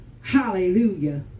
Hallelujah